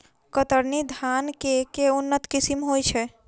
कतरनी धान केँ के उन्नत किसिम होइ छैय?